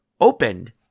opened